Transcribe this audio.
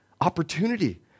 opportunity